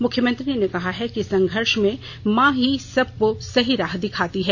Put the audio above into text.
मुख्यमंत्री ने कहा है कि संघर्ष में मां ही हम सब को सही राह दिखाती हैं